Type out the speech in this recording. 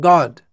God